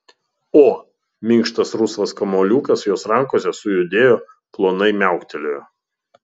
o minkštas rusvas kamuoliukas jos rankose sujudėjo plonai miauktelėjo